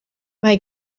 mae